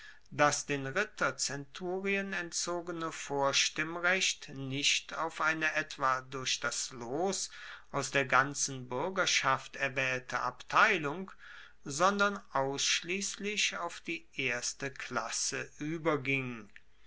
das den ritterzenturien entzogene vorstimmrecht nicht auf eine etwa durch das los aus der ganzen buergerschaft erwaehlte abteilung sondern ausschliesslich auf die erste klasse ueberging